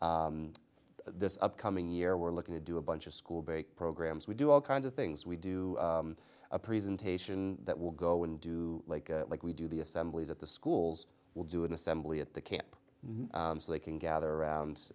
this upcoming year we're looking to do a bunch of school bake programs we do all kinds of things we do a presentation that will go and do like like we do the assemblies at the schools will do an assembly at the camp so they can gather